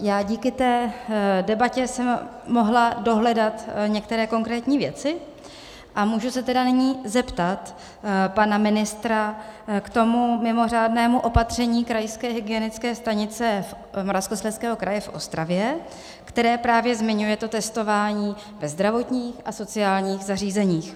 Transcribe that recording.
Já díky té debatě jsem mohla dohledat některé konkrétní věci, a můžu se tedy nyní zeptat pana ministra k tomu mimořádnému opatření Krajské hygienické stanice Moravskoslezského kraje v Ostravě, které právě zmiňuje testování ve zdravotních a sociálních zařízeních.